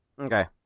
Okay